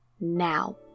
now